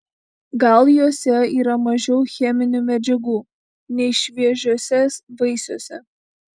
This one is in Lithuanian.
gal juose yra mažiau cheminių medžiagų nei šviežiuose vaisiuose